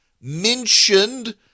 mentioned